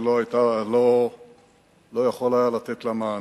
שהוא לא יכול היה לתת לה מענה.